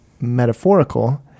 metaphorical